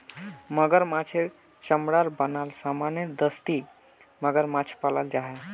मगरमाछेर चमरार बनाल सामानेर दस्ती मगरमाछ पालाल जाहा